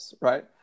Right